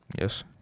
yes